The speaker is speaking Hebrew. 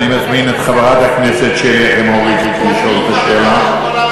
אני מזמין את חברת הכנסת שלי יחימוביץ לשאול את שאלתה.